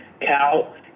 Cal